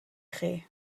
chi